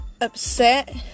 upset